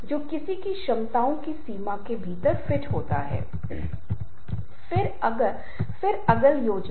संस्कृति भी बहुत महत्वपूर्ण भूमिका निभाती है अगर मैं आपसे सवाल पूछूं कि क्या काला है और क्या सफेद इन रंगों का आपके लिए अलग अलग मतलब होगा